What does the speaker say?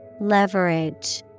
Leverage